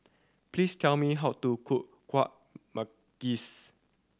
please tell me how to cook Kuih Manggis